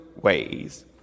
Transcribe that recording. ways